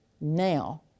now